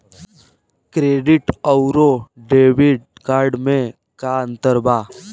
Credit अउरो debit card मे का अन्तर बा?